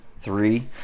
Three